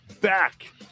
back